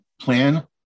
plan